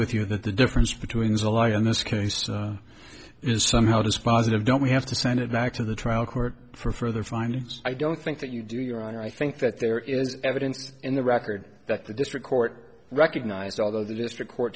with you that the difference between is a lie in this case is somehow dispositive don't we have to send it back to the trial court for further findings i don't think that you do your honor i think that there is evidence in the record that the district court recognized although the district court